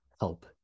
help